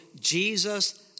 Jesus